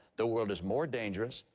the world is more dangerous.